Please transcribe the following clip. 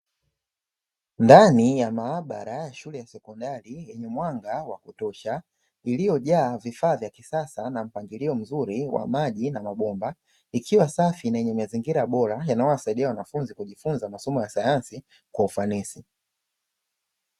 Ndani ya maabara ya shule ya sekondari yenye mwanga wa kutosha, iliyojaa vifaa vya kisasa na mpangilio mzuri wa maji na mabomba, ikiwa safi na yenye mazingira bora yanawasaidia wanafunzi kujifunza masomo ya sayansi kwa ufanisi.